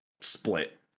split